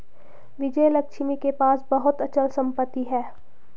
विजयलक्ष्मी के पास बहुत अचल संपत्ति है